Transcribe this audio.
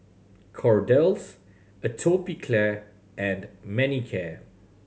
Kordel's Atopiclair and Manicare